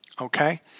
Okay